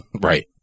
Right